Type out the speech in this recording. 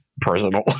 personal